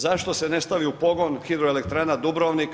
Zašto se ne stavi u pogon Hidroelektrana Dubrovnik?